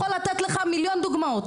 יכול לתת לך מיליון דוגמאות,